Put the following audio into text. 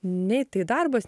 nei tai darbas